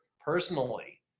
personally